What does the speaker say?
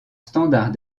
standard